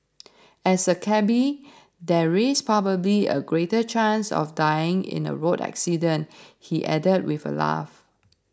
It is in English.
as a cabby there is probably a greater chance of dying in a road accident he added with a laugh